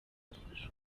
bafashwe